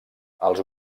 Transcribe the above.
els